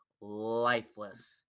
lifeless